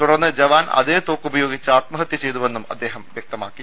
തുടർന്ന് ജവാൻ അതേ തോക്കുപയോഗിച്ച് ആത്മ ഹത്യ ചെയ്തുവെന്നും അദ്ദേഹം വ്യക്തമാക്കി